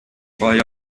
frei